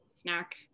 snack